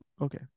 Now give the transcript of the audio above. Okay